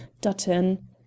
Dutton